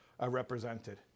represented